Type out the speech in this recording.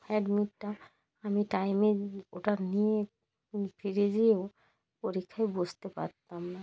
অ্যাডমিটটা আমি টাইমে ওটা নিয়ে ফিরে যেয়েও পরীক্ষায় বসতে পারতাম না